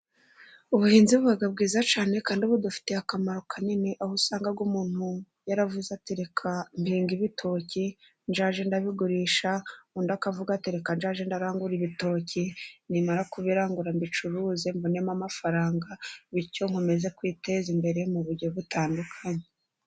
Ubuhinzi bubaga bwiza cyane kandi budufitiye akamaro kanini, aho usanga umuntu yaravuze ati reka mpinge ibitoki nge mbigurisha, undi akavuga ati reka nge ndangure ibitoki, nimara kubirangura mbicuruze mbonemo amafaranga, bityo nkomeze kwiteza imbere mu buryo butandukanye.